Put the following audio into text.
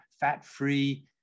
fat-free